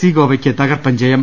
C ഗോവയ്ക്ക് തകർപ്പൻജയം